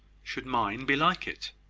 should mine be like it?